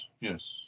Yes